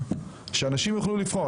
שאנשים יוכלו לבחור.